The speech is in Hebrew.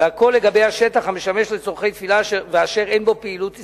והכול לגבי השטח המשמש לצורכי תפילה ואשר אין בו פעילות עסקית.